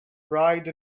bride